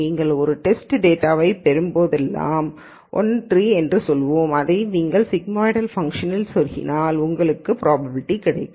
நீங்கள் ஒரு tested டேட்டாவைப் பெறும்போதெல்லாம் 1 3 என்று சொல்வோம் இதை இந்த சிக்மாய்டல் ஃபங்ஷனில் செருகினால் உங்களுக்கு ப்ராபபிலிட்டி கிடைக்கும்